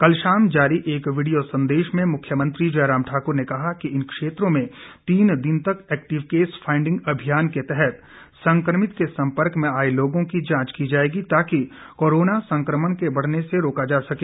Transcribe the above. कल शाम जारी एक वीडियो संदेश में मुख्यमंत्री जयराम ठाकुर ने कहा है कि इन क्षेत्रों में तीन दिन तक एक्टिव केस फाईडिंग अभियान के तहत संक्रमित के सम्पर्क में आए लोगों की जांच की जाएगी ताकि कोरोना संक्रमण को बढ़ने से रोका जा सके